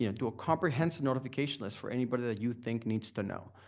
yeah do a comprehensive notification list for anybody that you think needs to know.